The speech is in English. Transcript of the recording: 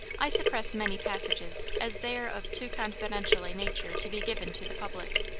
i suppress many passages, as they are of too confidential a nature to be given to the public